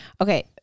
Okay